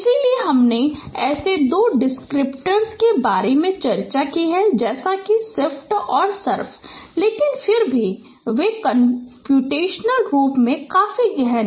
इसलिए हमने ऐसे दो डिस्क्रिप्टर के बारे में चर्चा की जैसे कि सिफ्ट और सर्फ लेकिन फिर भी वे कम्प्यूटेशनल रूप से काफी गहन हैं